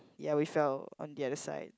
ya we fell on the other side